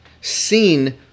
seen